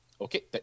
okay